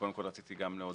קודם כל רציתי גם להודות